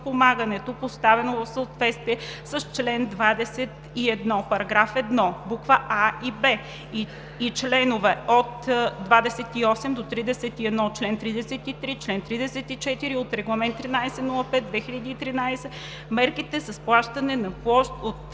подпомагането, предоставено в съответствие с чл. 21, параграф 1, буква а) и 6), и членове 28 – 31, член 33, член 34 от Регламент № 1305/2013 (мерките с плащане на площ от